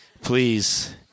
please